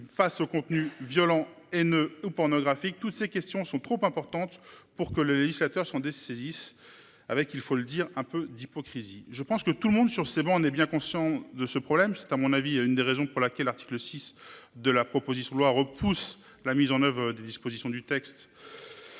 Face aux contenus violents et ne ou pornographiques. Toutes ces questions sont trop importantes pour que le législateur sont dessaisissent avec il faut le dire, un peu d'hypocrisie. Je pense que tout le monde sur ces bancs, on est bien conscient de ce problème. C'est à mon avis une des raisons pour laquelle l'article 6 de la proposition de loi repousse la mise en oeuvre des dispositions du texte.